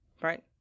Right